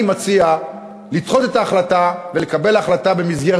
אני מציע לדחות את ההחלטה ולקבל החלטה במסגרת